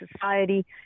society